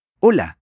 Hola